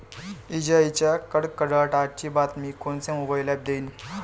इजाइच्या कडकडाटाची बतावनी कोनचे मोबाईल ॲप देईन?